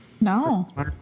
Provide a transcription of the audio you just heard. No